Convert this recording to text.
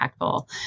impactful